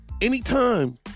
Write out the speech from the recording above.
Anytime